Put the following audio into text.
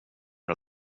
för